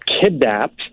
kidnapped